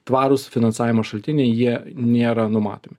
tvarūs finansavimo šaltiniai jie nėra numatomi